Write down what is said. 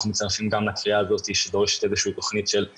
אנחנו מצטרפים לקריאה הזאת שתהיה איזושהי תוכנית של 2020,